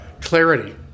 Clarity